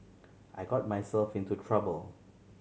I got myself into trouble